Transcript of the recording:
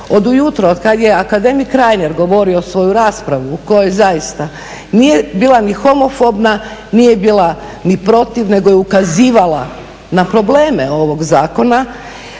od ujutro od kada je akademik Reiner govorio svoju raspravu u kojoj zaista nije bila ni homofobna, nije bila ni protiv nego je ukazivala na probleme ovog zakona